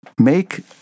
Make